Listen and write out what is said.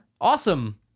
Awesome